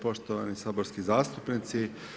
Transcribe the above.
Poštovani saborski zastupnici.